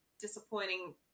disappointing